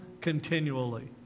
continually